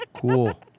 Cool